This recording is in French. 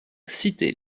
citer